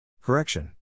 Correction